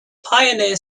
pioneer